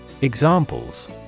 Examples